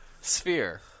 sphere